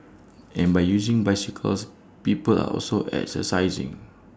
and by using bicycles people are also exercising